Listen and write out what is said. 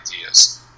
ideas